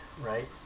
right